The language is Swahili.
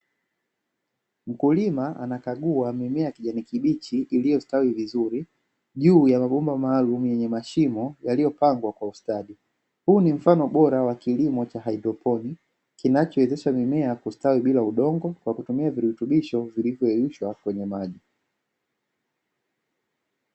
Mkulima anakagua mimea ya kijani kibichi iliyostawi vizuri juu ya mabomba maalum yenye mashimo yaliyopangwa kwa ustadi. Huu ni mfano bora wa kilimo cha hydroponi kinachowezesha mimea kustawi bila udongo kwa kutumia virutubisho vilivyoyeyushwa kwenye maji.